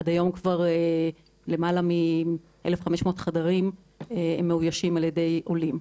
עד היום כבר למעלה מ-1,500 חדרים מאוישים על ידי עולים.